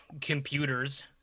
computers